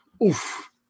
Oof